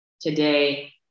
Today